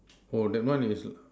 oh that one is